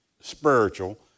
spiritual